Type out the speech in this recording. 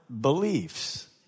beliefs